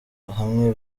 hamwe